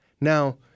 Now